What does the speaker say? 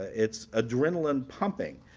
it's adrenaline-pumping.